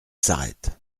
s’arrête